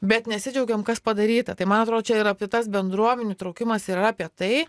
bet nesidžiaugiame kas padaryta tai man atrodo čia yra tas bendruomenių įtraukimas yra apie tai